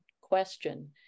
question